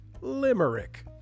Limerick